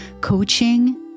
Coaching